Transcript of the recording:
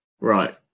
Right